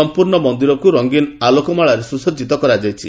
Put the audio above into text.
ସମ୍ପର୍ଣ୍ଣ ମନ୍ଦିରକୁ ରଙ୍ଗିନ୍ ଆଲୋକମାଳାରେ ସୁସଜ୍ଜିତ କରାଯାଇଛି